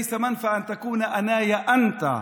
זה לא גלות שאני אהיה אתה,